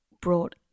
brought